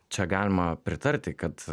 čia galima pritarti kad